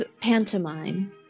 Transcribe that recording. pantomime